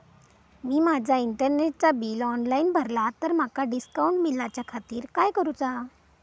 मी माजा इंटरनेटचा bill online भरला तर माका डिस्काउंट मिलाच्या खातीर काय करुचा?